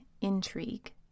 intrigue